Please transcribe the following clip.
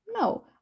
no